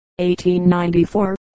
1894